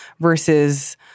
versus